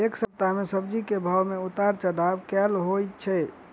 एक सप्ताह मे सब्जी केँ भाव मे उतार चढ़ाब केल होइ छै?